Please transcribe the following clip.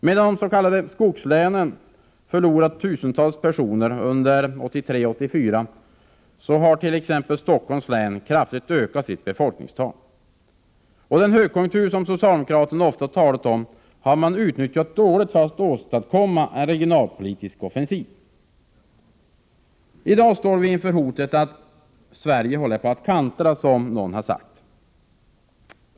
Medan de s.k. skogslänen förlorat tusentals personer under 1983 och 1984, har t.ex. Stockholms län kraftigt ökat sitt befolkningstal. Den högkonjunktur som socialdemokraterna ofta talat om har man utnyttjat dåligt för att åstadkomma en regionalpolitisk offensiv. I dag står vi inför hotet att ”Sverige håller på att kantra”, som någon har sagt.